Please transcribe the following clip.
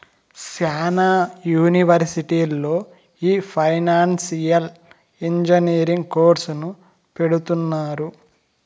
శ్యానా యూనివర్సిటీల్లో ఈ ఫైనాన్సియల్ ఇంజనీరింగ్ కోర్సును పెడుతున్నారు